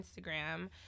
Instagram